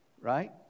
Right